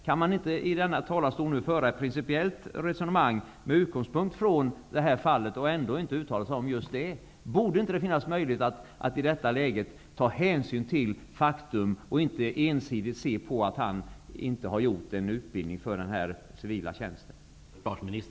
Kan man inte från denna talarstol föra ett principiellt resonemang med utgångspunkt i detta fall, men utan att uttala sig om just det? Borde det inte i detta läge finnas möjlighet att ta hänsyn till faktum och inte ensidigt se på att den värnpliktige inte har genomgått en utbildning för denna civila tjänst?